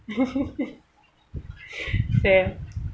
same